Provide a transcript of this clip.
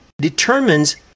determines